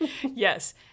Yes